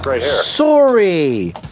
Sorry